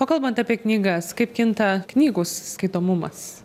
o kalbant apie knygas kaip kinta knygų skaitomumas